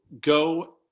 go